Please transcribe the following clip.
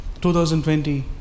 2020